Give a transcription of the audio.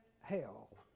hell